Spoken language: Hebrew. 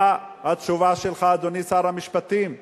מה התשובה שלך, אדוני שר המשפטים?